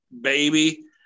baby